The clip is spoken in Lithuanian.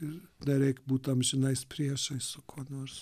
ir dar reik būti amžinais priešais su kuo nors